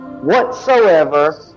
whatsoever